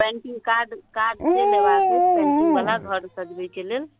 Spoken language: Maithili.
पेन्टिंग कार्ड सऽ लेबाक अछि पेन्टिंग बला घर सजबैके लेल